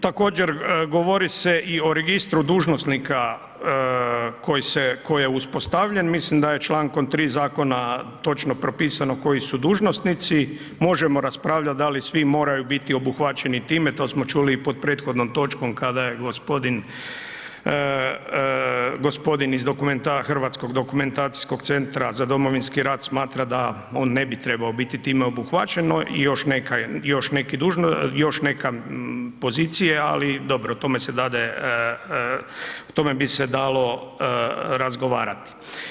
Također govori se i o registru dužnosnika koji je uspostavljen, mislim da je čl. 3. zakona točno propisano koji su dužnosnici, možemo raspravljat da li svi moraju biti obuhvaćeni time, to smo čuli i pod prethodnom točkom kada je gospodin iz dokumenta, Hrvatskog dokumentacijskog centra za Domovinski rat smatra da on ne bi trebao biti time obuhvaćeno i još neka pozicija, ali dobro, o tome se dade, o tome bi se dalo razgovarati.